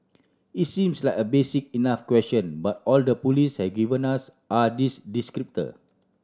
it seems like a basic enough question but all the police have given us are these descriptors